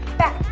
back,